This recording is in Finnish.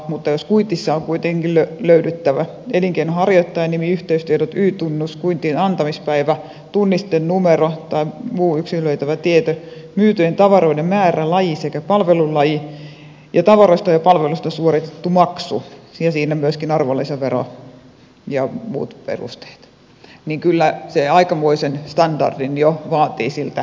mutta jos kuitissa on kuitenkin löydyttävä elinkeinonharjoittajan nimi yhteystiedot y tunnus kuitin antamispäivä tunnistenumero tai muu yksilöitävä tieto myytyjen tavaroiden määrä laji sekä palvelulaji ja tavaroista ja palveluista suoritettu maksu ja siinä myöskin arvonlisävero ja muut perusteet niin kyllä se aikamoisen standardin jo vaatii siltä kassakoneelta